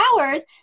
hours